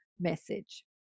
message